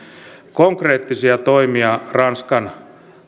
konkreettisia toimia ranskan